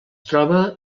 troba